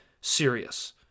serious